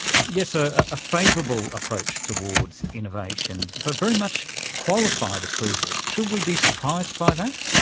yes, a ah favourable approach towards innovation, but very much qualified approval. should we be surprised by that?